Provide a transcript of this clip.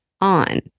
on